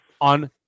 on